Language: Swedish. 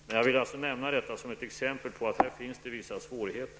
Men jag vill alltså nämna detta som ett exempel på att det i detta sammanhang finns vissa svårigheter.